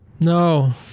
no